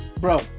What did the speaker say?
bro